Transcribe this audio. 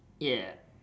ya